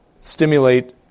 Stimulate